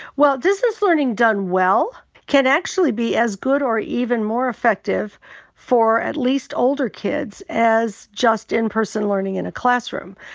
well, distance learning done well can actually be as good or even more effective for at least older kids as just in-person learning in a classroom.